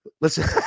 Listen